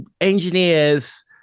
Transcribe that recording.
engineers